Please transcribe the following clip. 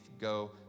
go